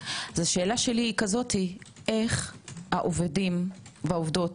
השאלה שלי היא: איך העובדים והעובדות